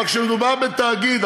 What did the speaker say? אבל כשמדובר בתאגיד,